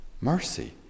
mercy